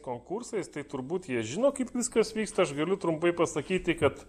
konkursais tai turbūt jie žino kaip viskas vyksta aš galiu trumpai pasakyti kad